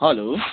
hello